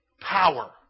Power